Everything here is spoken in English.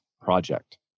project